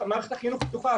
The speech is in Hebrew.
מערכת החינוך פתוחה,